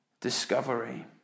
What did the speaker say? discovery